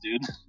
dude